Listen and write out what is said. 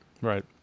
Right